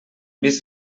vist